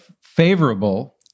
favorable